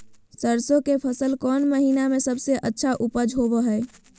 सरसों के फसल कौन महीना में सबसे अच्छा उपज होबो हय?